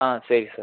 ஆ சரி சார்